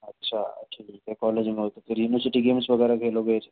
अच्छा ठीक है कॉलेज में हो तो फिर युनिवर्सिटी गेम्स वगैरह खेलोगे इस